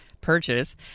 purchase